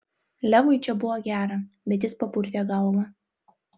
levui čia buvo gera bet jis papurtė galvą